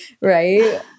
right